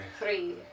Three